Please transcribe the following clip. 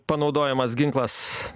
panaudojamas ginklas